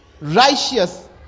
righteous